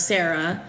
Sarah